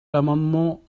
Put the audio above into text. l’amendement